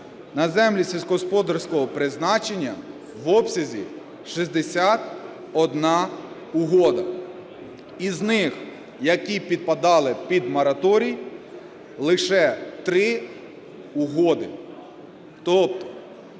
на землі сільськогосподарського призначення в обсязі 61 угода. Із них, які підпадали під мораторій, лише 3 угоди. Тобто